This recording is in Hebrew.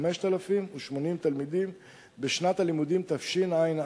5,080 תלמידים בשנת הלימודים תשע"א.